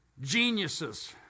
geniuses